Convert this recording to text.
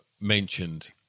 mentioned